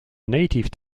native